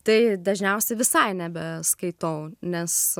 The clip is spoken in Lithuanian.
tai dažniausia visai nebeskaitau nes